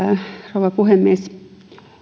rouva puhemies